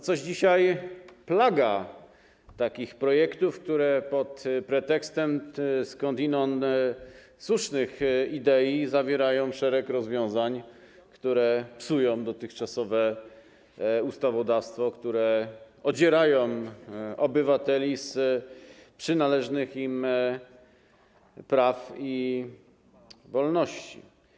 Coś dzisiaj plaga takich projektów, które pod pretekstem skądinąd słusznych idei zawierają szereg rozwiązań, które psują dotychczasowe ustawodawstwo, które odzierają obywateli z przynależnych im praw i wolności.